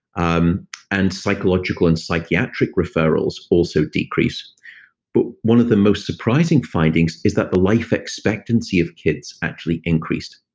um and psychological and psychiatric referrals also decrease. but one of the most surprising findings is that the life expectancy of kids actually increased.